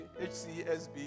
HCSB